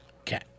Okay